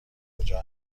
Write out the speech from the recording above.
کجا